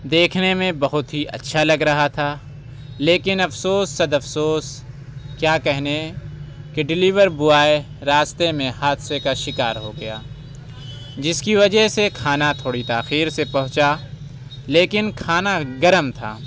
دیکھنے میں بہت ہی اچھا لگ رہا تھا لیکن افسوس صد افسوس کیا کہنے کہ ڈلیور بوائے راستے میں حادثے کا شکار ہو گیا جس کی وجہ سے کھانا تھوڑی تاخیر سے پہنچا لیکن کھانا گرم تھا